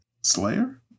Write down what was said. Slayer